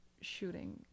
shooting